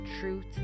truth